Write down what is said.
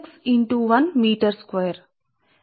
కాబట్టి వైశాల్యం ఈ భాగానికి dx ✕1 చదరపు మీటరులో ఉంటుంది